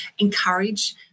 encourage